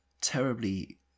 terribly